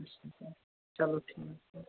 چلو ٹھیٖک